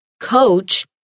coach